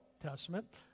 Testament